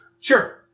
Sure